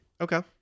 Okay